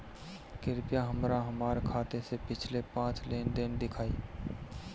कृपया हमरा हमार खाते से पिछले पांच लेन देन दिखाइ